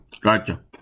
Gotcha